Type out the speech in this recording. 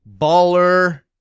baller